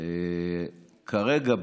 כרגע,